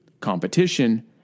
Competition